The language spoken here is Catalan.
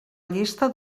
llista